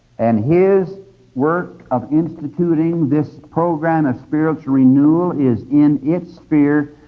and his work of instituting this program of spiritual renewal is, in its sphere,